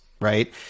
right